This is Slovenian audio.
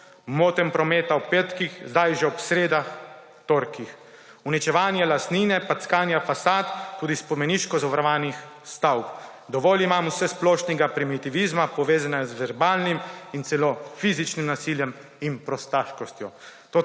motenega promet ob petkih, sedaj že ob sredah, torkih, uničevanja lastnine, packanja fasad tudi spomeniško zavarovanih stavb. Dovolj imam vsesplošnega primitivizma, povezanega z verbalnim in celo fizičnim nasiljem in prostaškostjo.